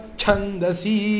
Chandasi